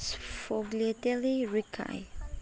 ꯐꯣꯛꯂꯦꯠꯇꯦꯜꯂꯤ ꯔꯤꯀꯥꯏ